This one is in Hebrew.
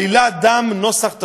עלילת דם נוסח תשע"ז.